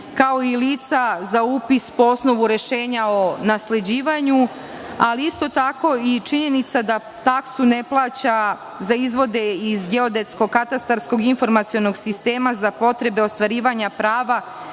kao i lica za upis po osnovu rešenja o nasleđivanju. Isto tako je činjenica da se taksa ne plaća za izvode geodetsko-katastarskog informacionog sistema za potrebe ostvarivanja prava